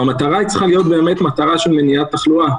והמטרה צריכה להיות מניעת תחלואה.